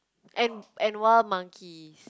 and and wild monkeys